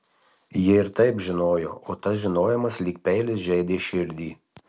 ji ir taip žinojo o tas žinojimas lyg peilis žeidė širdį